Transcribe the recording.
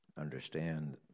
understand